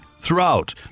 throughout